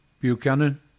Buchanan